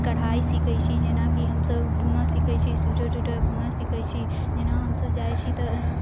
कढ़ाइ सीखैत छी जेनाकि हमसभ बुनऽ सीखैत छी स्वीटर ट्वीटर बुनऽ सीखैत छी जेना हमसभ जाइत छी तऽ